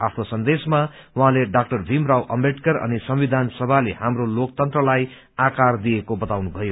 आफ्नो सन्देशमा उहाँले ड़ा भीमराव अम्बेदकर अनि संविधान सभाले हाम्रो लोकतन्त्रलाई आकार दिएको बताउनुभयो